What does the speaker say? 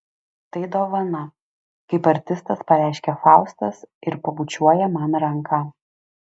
tai dovana kaip artistas pareiškia faustas ir pabučiuoja man ranką